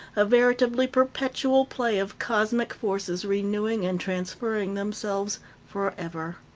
a veritably perpetual play of cosmic forces renewing and transferring themselves forever.